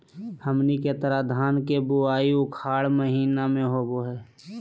हमनी के तरफ धान के बुवाई उखाड़ महीना में होला